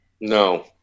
No